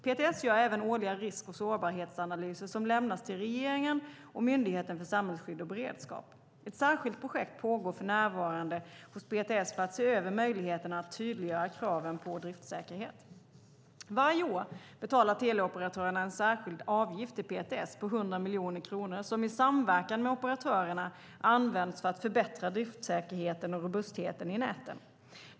PTS gör även årliga risk och sårbarhetsanalyser som lämnas till regeringen och Myndigheten för samhällsskydd och beredskap. Ett särskilt projekt pågår för närvarande hos PTS för att se över möjligheten att tydliggöra kraven på driftsäkerhet. Varje år betalar teleoperatörerna en särskild avgift till PTS på 100 miljoner kronor som i samverkan med operatörerna används för att förbättra driftsäkerheten och robustheten i näten.